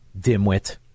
dimwit